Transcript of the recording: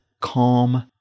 calm